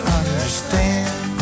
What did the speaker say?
understand